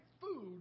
Food